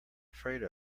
afraid